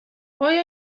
آیا